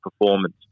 performance